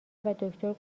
دکتر